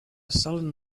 sullen